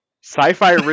Sci-fi